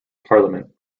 parliament